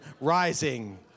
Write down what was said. rising